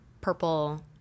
purple